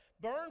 burn